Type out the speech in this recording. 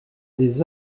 des